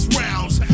rounds